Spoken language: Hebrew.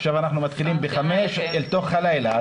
עכשיו אנחנו מתחילים ב-17:00 אל תוך הלילה,